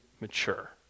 mature